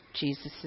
Jesus